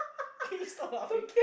please stop laughing